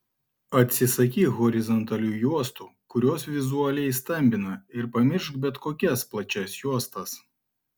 atsisakyk horizontalių juostų kurios vizualiai stambina ir pamiršk bet kokias plačias juostas